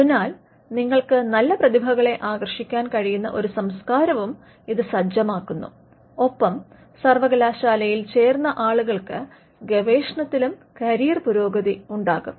അതിനാൽ നിങ്ങൾക്ക് നല്ല പ്രതിഭകളെ ആകർഷിക്കാൻ കഴിയുന്ന ഒരു സംസ്കാരവും ഇത് സജ്ജമാക്കുന്നു ഒപ്പം സർവ്വകലാശാലയിൽ ചേർന്ന ആളുകൾക്ക് ഗവേഷണത്തിലും കരിയർ പുരോഗതി ഉണ്ടാകും